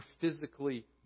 physically